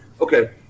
Okay